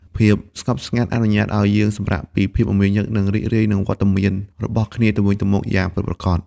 ភាពស្ងប់ស្ងាត់អនុញ្ញាតឱ្យយើងសម្រាកពីភាពមមាញឹក និងរីករាយនឹងវត្តមានរបស់គ្នាទៅវិញទៅមកយ៉ាងពិតប្រាកដ។